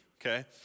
okay